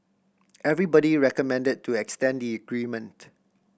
everybody recommended to extend the agreement